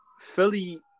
Philly